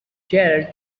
charred